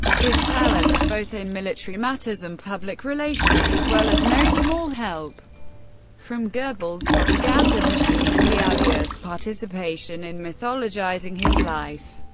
his talents both in military matters and public relations as well as no small help from goebbels' propaganda machine and the allies's participation in mythologizing his life,